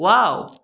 wow